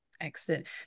excellent